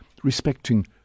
Respecting